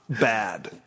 bad